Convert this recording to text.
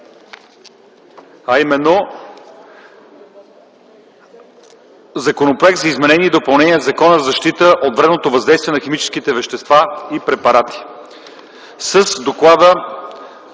гласуване Законопроект за изменение и допълнение на Закона за защита от вредното въздействие на химичните вещества и препарати № 002-01-40,